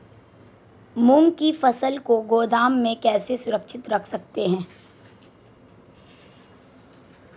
मूंग की फसल को गोदाम में कैसे सुरक्षित रख सकते हैं?